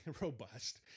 robust